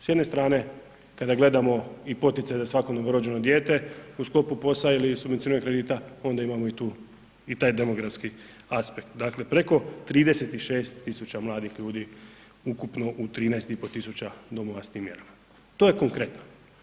S jedne strane kada gledamo i poticaj da svako novorođeno dijete u sklopu POS-a ili subvencioniranih kredita, onda imamo i tu, i taj demografski aspekt, dakle preko 36000 mladih ljudi ukupno u 13500 domova s tim mjerama, to je konkretno.